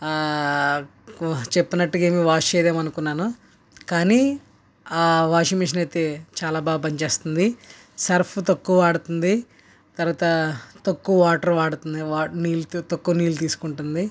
ఆ చెప్పినట్టుగా ఏమి వాష్ చెయ్యదు ఏమో అనుకున్నాను కానీ ఆ వాషింగ్ మిషన్ అయితే చాలా బాగా పనిచేస్తుంది సర్ఫ్ తక్కువ వాడుతుంది తర్వాత తక్కువ వాటర్ వాడుతుంది నీళ్లు తక్కువ తక్కువ నీళ్లు తీసుకుంటుంది